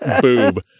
boob